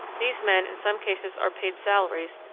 these men in some cases are paid salaries,